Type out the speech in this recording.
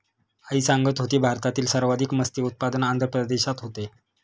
आई सांगत होती, भारतात सर्वाधिक मत्स्य उत्पादन आंध्र प्रदेशात होते